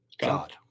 God